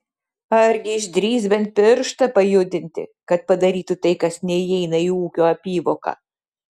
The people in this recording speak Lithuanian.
argi išdrįs bent pirštą pajudinti kad padarytų tai kas neįeina į ūkio apyvoką